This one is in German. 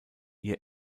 ihr